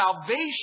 salvation